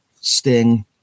Sting